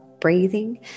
breathing